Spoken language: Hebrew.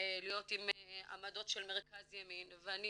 להיות עם עמדות של מרכז-ימין" ואני